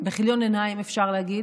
בכיליון עיניים, אפשר להגיד.